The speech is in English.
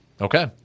okay